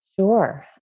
Sure